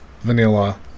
vanilla